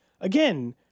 Again